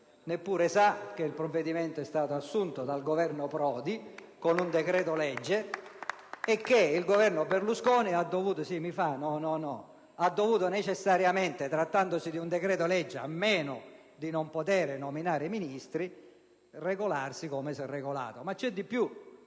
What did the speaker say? Neppure sa che il provvedimento è stato assunto dal Governo Prodi con un decreto-legge *(Applausi dal Gruppo PdL)* e che il Governo Berlusconi ha dovuto necessariamente, trattandosi di un decreto-legge, a meno di non poter nominare Ministri, regolarsi come ha fatto. C'è di più.